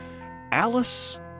Alice